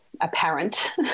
apparent